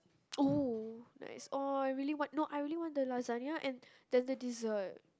oh nice !aww! I really want no I really want the lagsane and then the dessert